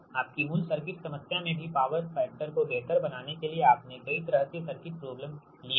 आपकी मूल सर्किट समस्या में भी पावर फैक्टर को बेहतर बनाने के लिए आपने कई तरह के सर्किट प्रॉब्लम लिए हैं